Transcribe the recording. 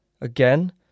Again